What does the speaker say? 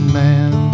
man